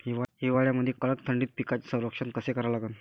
हिवाळ्यामंदी कडक थंडीत पिकाचे संरक्षण कसे करा लागन?